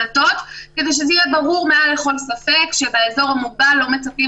כדי שזה יהיה ברור מעל לכל ספק שבאזור המוגבל לא מצפים